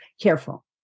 careful